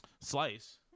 slice